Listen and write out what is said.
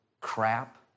crap